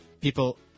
people